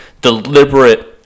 deliberate